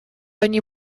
они